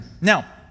Now